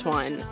one